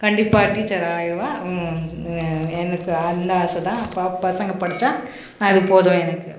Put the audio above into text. கண்டிப்பாக டீச்சர் ஆயிடுவா எ எனக்கு அந்த ஆசை தான் இப்போ பசங்க படிச்சால் அது போதும் எனக்கு